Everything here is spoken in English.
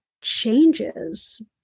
changes